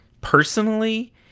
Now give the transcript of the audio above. personally